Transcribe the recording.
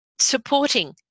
supporting